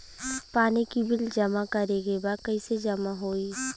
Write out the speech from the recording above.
पानी के बिल जमा करे के बा कैसे जमा होई?